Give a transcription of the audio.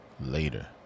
later